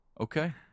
Okay